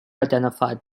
identified